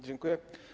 Dziękuję.